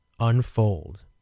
unfold